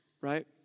right